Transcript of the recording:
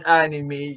anime